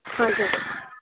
हजुर